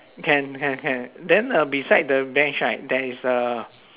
can can can then uh beside the bench right there is a